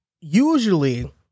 Usually